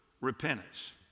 repentance